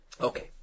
Okay